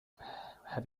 have